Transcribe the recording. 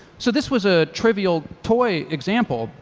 so this was a trivial toy example,